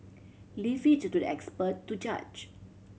leave it to the expert to judge